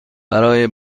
برای